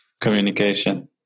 communication